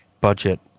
budget